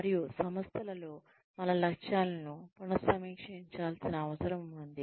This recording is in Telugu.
మరియు సంస్థలలో మన లక్ష్యాలను పునః సమీక్షించాల్సిన అవసరం ఉంది